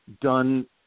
done